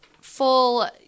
full